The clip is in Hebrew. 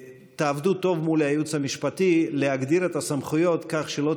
תעבדו טוב מול הייעוץ המשפטי להגדיר את הסמכויות כך שלא